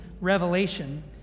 revelation